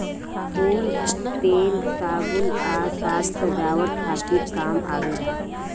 फूल तेल, साबुन आ साज सजावट खातिर काम आवेला